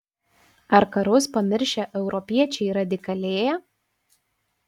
ar karus pamiršę europiečiai radikalėja